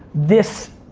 this,